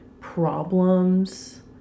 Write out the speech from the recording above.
problems